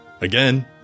Again